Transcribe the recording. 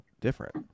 different